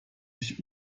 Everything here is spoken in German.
sich